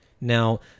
Now